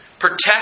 Protect